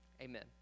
amen